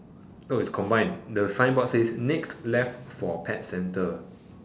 no it's combined the signboard says next left for pet centre